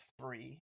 three